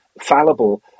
fallible